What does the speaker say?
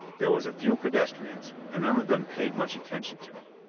there was a few pedestrians, and none of them paid much attention to me.